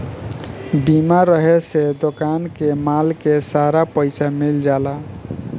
बीमा रहे से दोकान के माल के सारा पइसा मिल जाला